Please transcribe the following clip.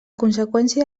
conseqüència